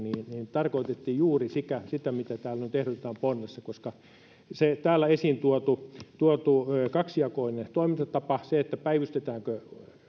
tarkoitettiin juuri sitä mitä täällä nyt ehdotetaan ponnessa koska täällä esiin tuotu tuotu kaksijakoinen toimintatapa se päivystetäänkö